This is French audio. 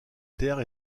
terres